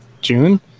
June